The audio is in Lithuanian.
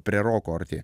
prie roko arti